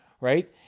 right